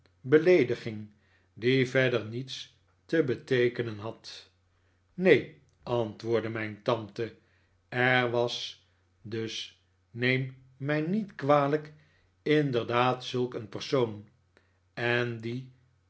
beleediging die verder niets te beteekenen had neen antwoordde mijn tante er was dus neem mij niet kwalijk inderdaad zulk een persoon en die